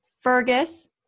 fergus